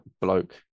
bloke